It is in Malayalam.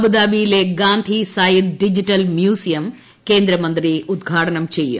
അബുദാബിയിലെ ഗാന്ധി സയിദ് ഡിജിറ്റൽ മ്യൂസിയം കേന്ദ്രമന്ത്രി ഉദ്ഘാടനം ചെയ്യും